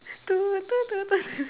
toot toot toot toot